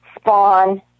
spawn